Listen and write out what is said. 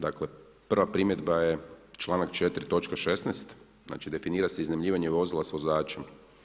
Dakle prva primjedba je članak 4. točka 16. znači definiranje se iznajmljivanje vozila s vozačem.